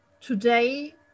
today